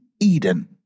Eden